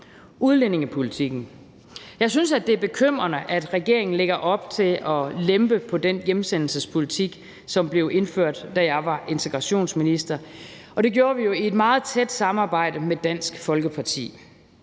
udlændingepolitikken, synes jeg, det er bekymrende, at regeringen lægger op til at lempe på den hjemsendelsespolitik, som blev indført, da jeg var integrationsminister, og det gjorde vi jo i et meget tæt samarbejde med Dansk Folkeparti.